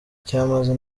cyamaze